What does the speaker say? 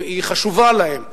היא חשובה להם.